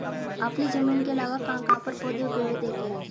आपने जमीन के अलावा कहाँ कहाँ पर पौधे उगे हुए देखे हैं?